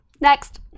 Next